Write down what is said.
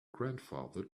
grandfather